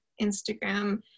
Instagram